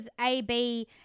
AB